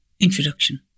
Introduction